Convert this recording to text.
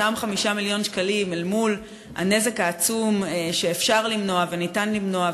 אותם 5 מיליון שקלים לעומת הנזק העצום שאפשר למנוע וניתן למנוע,